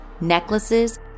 necklaces